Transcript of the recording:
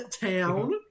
town